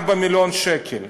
4 מיליון שקל.